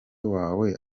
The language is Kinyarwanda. wawe